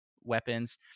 weapons